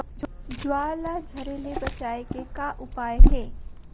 ज्वार ला झरे ले बचाए के का उपाय हे?